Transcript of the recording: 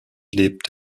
lebt